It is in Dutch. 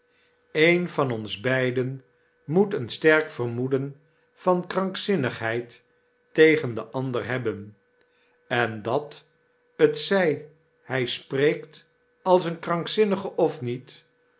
een van ons beiden moet een sterk vermoeden van krankzinnigheid tegen den ander hebben en dat t zy hy spreekt als een krankzinnige of niet